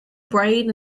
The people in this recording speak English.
bright